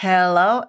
Hello